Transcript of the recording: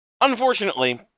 Unfortunately